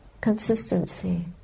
consistency